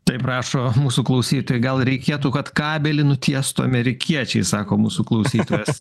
taip rašo mūsų klausytiojai gal reikėtų kad kabelį nutiestų amerikiečiai sako mūsų klausytojas